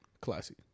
classy